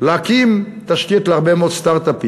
להקים תשתיות להרבה מאוד סטרט-אפים.